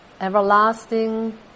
everlasting